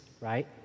right